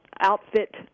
Outfit